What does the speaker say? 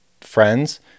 friends